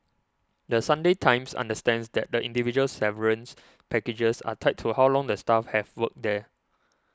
The Sunday Times understands that the individual severance packages are tied to how long the staff have worked there